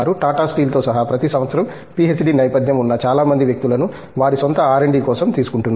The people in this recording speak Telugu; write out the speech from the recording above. టాటా స్టీల్తో సహా ప్రతి సంవత్సరం పిహెచ్డి నేపథ్యం ఉన్న చాలా మంది వ్యక్తులను వారి సొంత ఆర్ అండ్ డి కోసం తీసుకుంటున్నారు